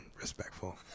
respectful